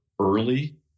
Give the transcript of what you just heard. early